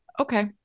Okay